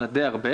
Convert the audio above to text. אלא די הרבה